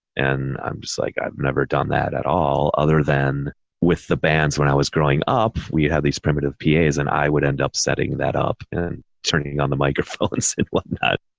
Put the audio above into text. and i'm just like, i've never done that at all other than with the bands. when i was growing up, we'd have these primitive pa's and i would end up setting that up and turning on the microphones and what not.